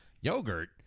yogurt